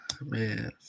Man